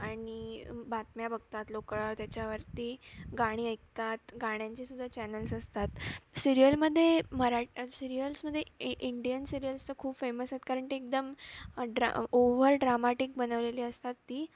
आणि बातम्या बघतात लोकं त्याच्यावरती गाणी ऐकतात गाण्यांचीसुद्धा चॅनेल्स असतात सीरिअलमध्ये मराठी सिरीयल्समध्ये इ इंडियन सिरिअल्स तर खूप फेमस आहेत कारण ते एकदम ड्रा ओव्हरड्रॅमाटिक बनवलेली असतात ती